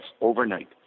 overnight